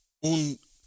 un